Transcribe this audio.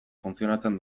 funtzionatzen